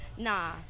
Nah